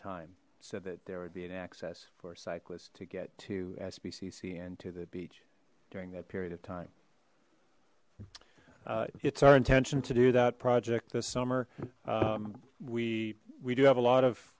time so that there would be an access for cyclists to get to sbcc and to the beach during that period of time it's our intention to do that project this summer we we do have a lot of